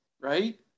right